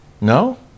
No